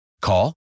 Call